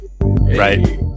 right